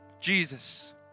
Jesus